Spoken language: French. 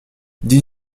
dix